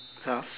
rough